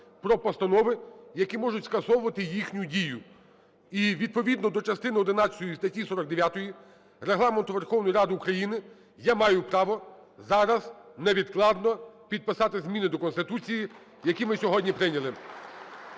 про постанови, які можуть скасовувати їхню дію. І, відповідно, до частини одинадцятої статті 49 Регламенту Верховної Ради України я маю право зараз невідкладно підписати зміни до Конституції, які ми сьогодні прийняли.